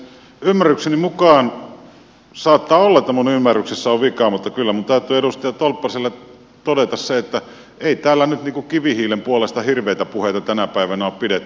ymmärrykseni mukaan saattaa olla että minun ymmärryksessäni on vikaa mutta kyllä minun täytyy edustaja tolppaselle todeta se että ei täällä nyt kivihiilen puolesta hirveitä puheita tänä päivänä ole pidetty